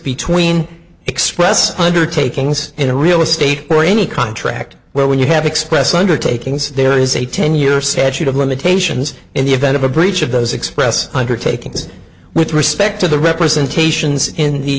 between express undertakings in a real estate or any contract where when you have express undertakings there is a ten year statute of limitations in the event of a breach of those express undertakings with respect to the representations in the